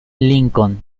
lincoln